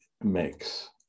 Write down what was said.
makes